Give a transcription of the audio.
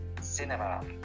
cinema